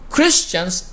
Christians